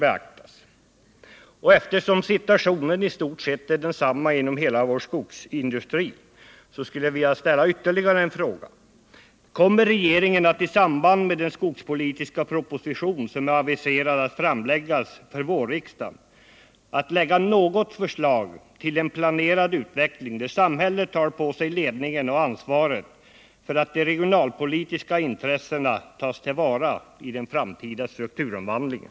Eftersom situationen i stort sett är densamma inom hela vår skogsindustri, skulle jag vilja ställa ytterligare en fråga: som är aviserad till vårriksdagen, att lägga fram något förslag till en planerad utveckling, där samhället tar på sig ledningen och ansvaret för att de regionalpolitiska intressena tas till vara i den framtida strukturomvandlingen?